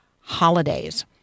holidays